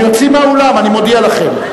אני אוציא מהאולם, אני מודיע לכם.